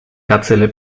gazelle